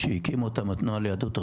אני מאוד מאוד אוהב אותו,